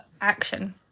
action